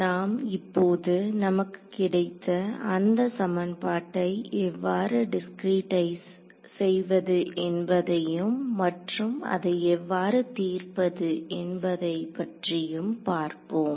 நாம் இப்போது நமக்கு கிடைத்த அந்த சமன்பாட்டை எவ்வாறு டிஸ்கிரீட்டைஸ் செய்வது என்பதையும் மற்றும் அதை எவ்வாறு தீர்ப்பது என்பதை பற்றியும் பார்ப்போம்